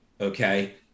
okay